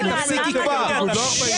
די עם ה-50 מיליון והפייק הזה, תפסיקי כבר.